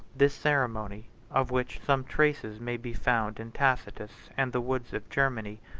this ceremony, of which some traces may be found in tacitus and the woods of germany,